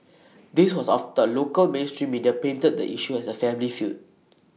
this was after local mainstream media painted the issue as A family feud